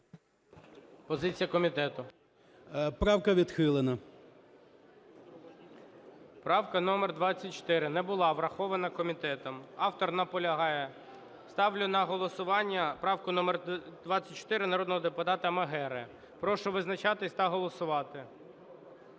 Позиція комітету. РАДУЦЬКИЙ М.Б. Правка відхилена. ГОЛОВУЮЧИЙ. Правка номер 24 не була врахована комітетом. Автор наполягає. Ставлю на голосування правку номер 24 народного депутата Магери. Прошу визначатися та голосувати.